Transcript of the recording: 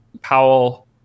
Powell